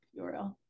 URL